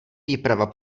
výprava